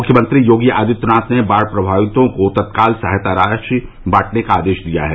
मुख्यमंत्री योगी आदित्यनाथ ने बाढ़ प्रभावितों के तत्काल सहायता राशि बांटने का आदेश दिया है